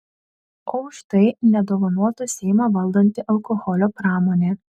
o už tai nedovanotų seimą valdanti alkoholio pramonė